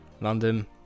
London